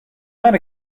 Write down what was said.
might